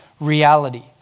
reality